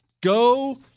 Go